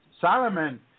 Solomon